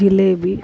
jalebi